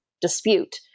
dispute